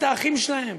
את האחים שלהם,